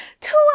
Two